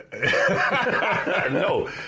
No